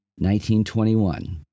1921